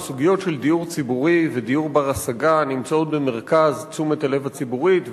הסוגיות של דיור ציבורי ודיור בר-השגה נמצאות במרכז תשומת הלב הציבורית,